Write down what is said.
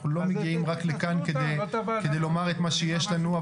אנחנו לא מגיעים רק לכאן כדי לומר את מה שיש לנו.